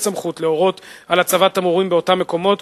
סמכות להורות על הצבת תמרורים באותם מקומות,